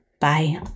Bye